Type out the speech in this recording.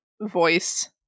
voice